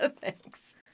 Thanks